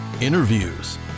interviews